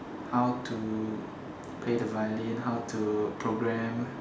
how to play the violin how to program